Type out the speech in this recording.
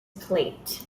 plate